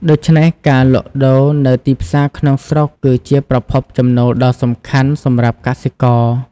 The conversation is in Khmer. ដូច្នេះ ការលក់ដូរនៅទីផ្សារក្នុងស្រុកគឺជាប្រភពចំណូលដ៏សំខាន់សម្រាប់កសិករ។